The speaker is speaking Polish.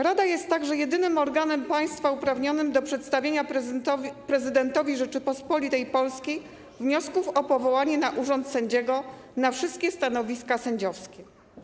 Rada jest także jedynym organem państwa uprawnionym do przedstawiania prezydentowi Rzeczypospolitej Polskiej wniosków o powołanie na urząd sędziego, na wszystkie stanowiska sędziowskie.